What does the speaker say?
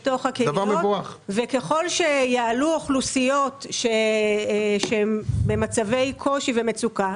ככל שיעלו אוכלוסיות שהן במצבי קושי ומצוקה,